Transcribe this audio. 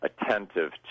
attentive